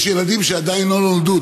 יש ילדים שעדיין לא נולדו,